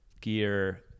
gear